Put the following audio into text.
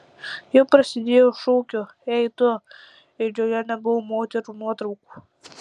ji prasidėjo šūkiu ei tu ir joje nebuvo moterų nuotraukų